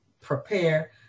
prepare